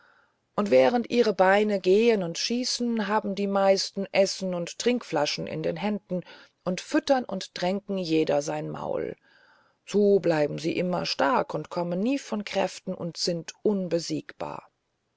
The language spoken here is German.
und während ihre beine gehen und schießen haben die meisten essen und trinkflasche in den händen und füttern und tränken jeder sein maul so bleiben sie immer stark und kommen nie von kräften und sind unbesiegbar